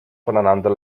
voneinander